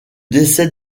décès